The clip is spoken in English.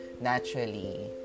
naturally